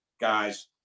guys